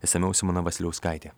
išsamiau simona vasiliauskaitė